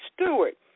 Stewart